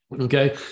Okay